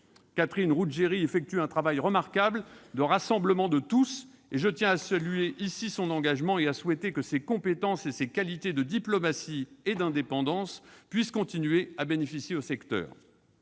Catherine Ruggeri effectue un travail remarquable de rassemblement de tous. Je tiens à saluer ici son engagement et à souhaiter que ses compétences ainsi que ses qualités de diplomatie et d'indépendance puissent continuer à bénéficier au secteur.